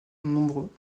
nombreux